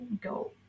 go